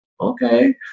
okay